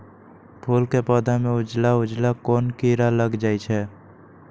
फूल के पौधा में उजला उजला कोन किरा लग जई छइ?